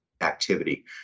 activity